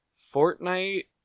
Fortnite